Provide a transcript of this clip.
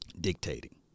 Dictating